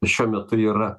šiuo metu yra